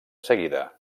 seguida